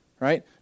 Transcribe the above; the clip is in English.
right